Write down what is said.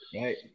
Right